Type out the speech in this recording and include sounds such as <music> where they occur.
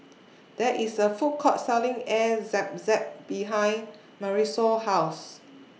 <noise> There IS A Food Court Selling Air Zam Zam behind Marisol's House <noise>